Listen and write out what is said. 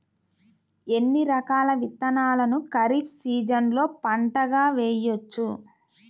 ఎన్ని రకాల విత్తనాలను ఖరీఫ్ సీజన్లో పంటగా వేయచ్చు?